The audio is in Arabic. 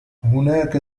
هناك